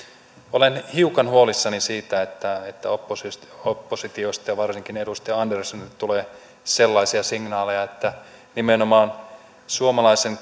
olen hiukan huolissani siitä että että oppositiosta oppositiosta ja varsinkin edustaja anderssonilta tulee sellaisia signaaleja että nimenomaan suomalaisen